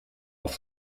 auf